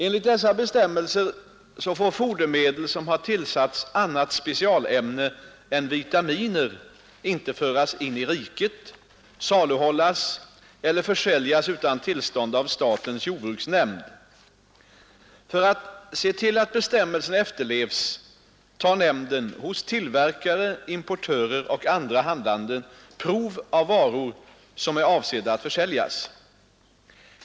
Enligt dessa bestämmelser får fodermedel som har tillsatts annat specialämne än vitaminer inte föras in i riket, saluhållas eller försäljas utan tillstånd av statens jordbruksnämnd. För att se till att bestämmelserna efterlevs tar nämnden hos tillverkare, importörer och andra handlande prov av varor som är avsedda att försäljas.